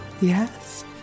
Yes